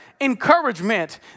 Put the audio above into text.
encouragement